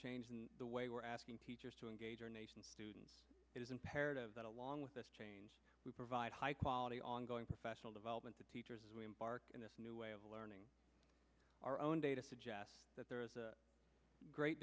change in the way we're asking teachers to engage students it is imperative that along with this change we provide high quality ongoing professional development to teachers as we embark on this new way of learning our own data suggests that there is a great